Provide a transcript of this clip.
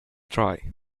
try